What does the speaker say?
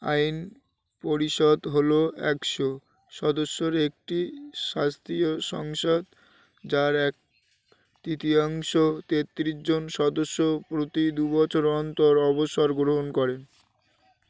আইন পরিষদ হলো একশো সদস্যর একটি শাস্তীয় সংসাদ যার এক তৃতীয়াংশ তেত্রিশজন সদস্য প্রতি দু বছর অন্তর অবসর গ্রহণ করেন